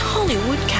Hollywood